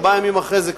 ארבעה ימים אחרי זה,